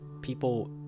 people